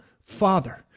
Father